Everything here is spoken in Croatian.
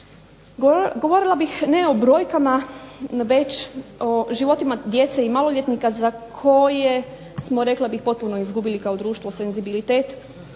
Govorila bih ne o brojkama već o životima djece i maloljetnika za koje smo ja bih rekla popuno izgubili društvo senzibilitet